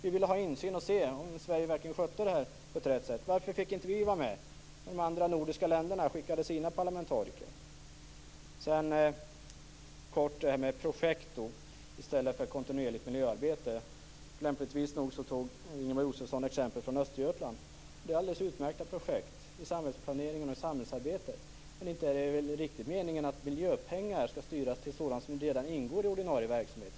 Vi ville ha insyn och se om Sverige verkligen skötte det här på rätt sätt. Varför fick inte vi vara med, när de andra nordiska länderna skickade sina parlamentariker? Sedan vill jag kort ta upp det här med projekt i stället för kontinuerligt miljöarbete. Ingemar Josefsson tog lämpligt nog exempel från Östergötland. De är alldeles utmärkta projekt i samhällsplaneringen och i samhällsarbetet, men inte är det väl meningen att miljöpengar skall styras till sådant som redan ingår i ordinarie verksamhet.